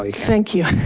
ah thank you.